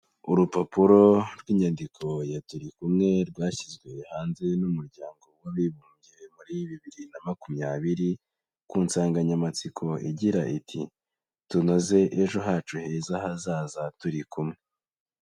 Urupapuro rw'inyandiko ya turi kumwe rwashyizwe hanze n'Umuryango w'Abibumbye muri bibiri na makumyabiri, ku nsanganyamatsiko igira iti''Tunoze ejo hacu heza hazaza turi kumwe.''